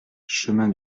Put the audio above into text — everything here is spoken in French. chemin